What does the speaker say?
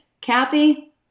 Kathy